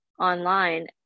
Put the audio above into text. online